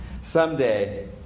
Someday